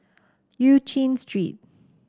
Eu Chin Street